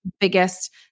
biggest